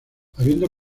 habiendo